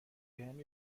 بهم